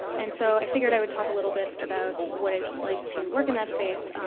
and so i figured i would talk a little bit about what it's like to work in that space,